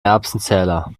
erbsenzähler